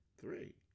Three